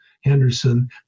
Henderson